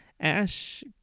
Ash